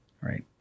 Right